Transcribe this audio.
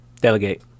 Delegate